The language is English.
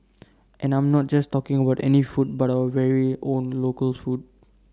and I'm not just talking A word any food but our very own local food